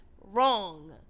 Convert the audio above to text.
wrong